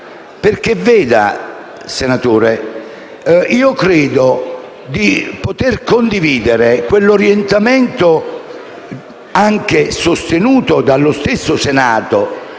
perché vede, senatore, credo di poter condividere quell'orientamento, anche sostenuto dallo stesso Senato